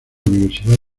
universidad